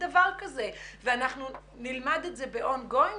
דבר כזה ואנחנו נלמד את זה ב-און גויינג.